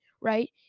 Right